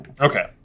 Okay